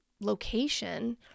location